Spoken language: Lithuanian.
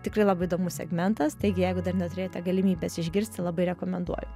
tikrai labai įdomus segmentas taigi jeigu dar neturėjote galimybės išgirsti labai rekomenduoju